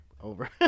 Over